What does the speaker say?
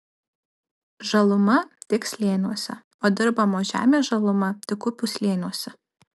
žaluma tik slėniuose o dirbamos žemės žaluma tik upių slėniuose